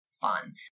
fun